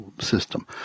system